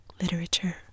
Literature